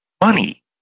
money